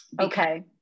okay